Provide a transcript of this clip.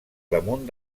damunt